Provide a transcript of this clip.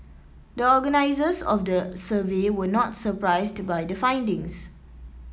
the organisers of the survey were not surprised by the findings